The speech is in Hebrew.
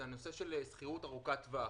הוא שכירות ארוכת-טווח,